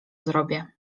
zrobię